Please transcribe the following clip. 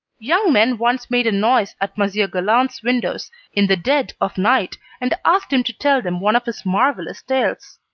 young men once made a noise at monsieur galland's windows in the dead of night, and asked him to tell them one of his marvellous tales.